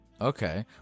Okay